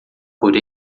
por